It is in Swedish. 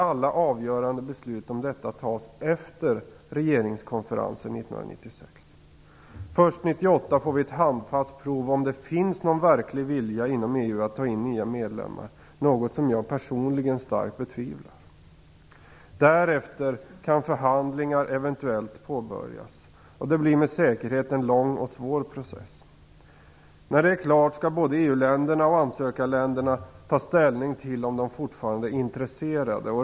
Alla avgörande beslut om detta tas efter regeringskonferensen 1996. Först 1998 får vi ett handfast prov på om det finns någon verklig vilja inom EU att ta in nya medlemmar, något som jag personligen starkt betvivlar. Därefter kan förhandlingar eventuellt påbörjas. Det blir med säkerhet en lång och svår process. När det är klart skall både EU länderna och ansökarländerna ta ställning till om de fortfarande är intresserade.